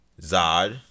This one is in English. Zod